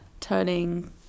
turning